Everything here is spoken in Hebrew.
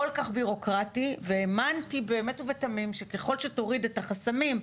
כל כך ביורוקרטי; והאמנתי באמת ובתמים שככל שתוריד את החסמים,